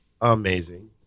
amazing